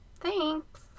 Thanks